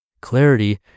Clarity